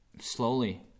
slowly